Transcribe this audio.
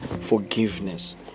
forgiveness